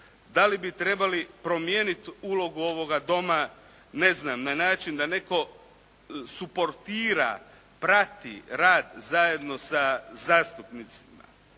Da li bi trebali promijeniti ulogu ovoga Doma, ne znam, na način da netko suportira, prati rad zajedno sa zastupnicima?